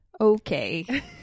Okay